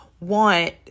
want